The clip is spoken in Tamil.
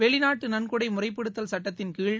வெளிநாட்டு நன்கொடை முறைப்படுத்தல் சட்டத்தின்கீழ்